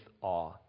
awe